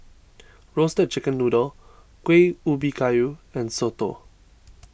Roasted Chicken Noodle Kuih Ubi Kayu and Soto